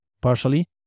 partially